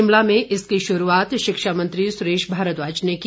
शिमला में इसकी शुरूआत शिक्षामंत्री सुरेश भारद्वाज ने की